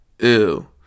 Ew